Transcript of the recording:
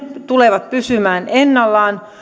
tulevat pysymään ennallaan